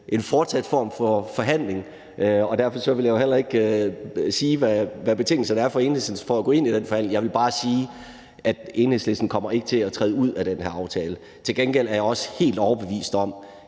en form for fortsat forhandling, og derfor vil jeg heller ikke sige, hvad betingelserne er fra Enhedslistens side i den forhandling. Jeg vil bare sige, at Enhedslisten ikke kommer til at træde ud af den her aftale. Til gengæld er jeg også helt overbevist om,